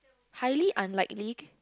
highly unlikely